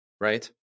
right